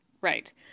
Right